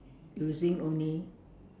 using only